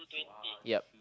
yup